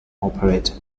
operator